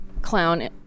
clown